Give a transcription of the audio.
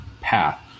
path